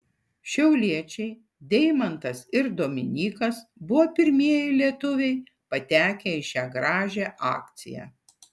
šiauliečiai deimantas ir dominykas buvo pirmieji lietuviai patekę į šią gražią akciją